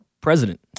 president